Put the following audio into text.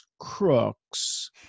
crooks